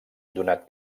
donat